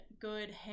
good